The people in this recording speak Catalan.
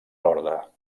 lorda